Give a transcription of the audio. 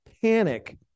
panic